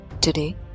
Today